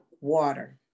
water